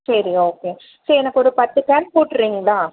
சரி ஓகே சரி எனக்கு ஒரு பத்து கேன் போட்டுறீங்களா